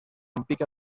pica